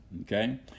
okay